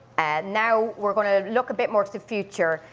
now we're gonna look a bit more to the future,